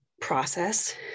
process